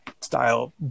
style